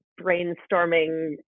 brainstorming